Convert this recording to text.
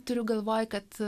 turiu galvoj kad